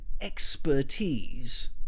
expertise